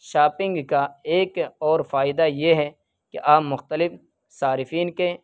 shopping کا ایک اور فائدہ یہ ہے کہ آپ مختلف صارفین کے